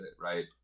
right